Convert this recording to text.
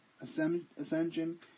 ascension